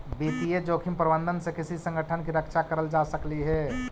वित्तीय जोखिम प्रबंधन से किसी संगठन की रक्षा करल जा सकलई हे